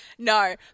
No